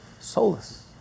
soulless